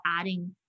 adding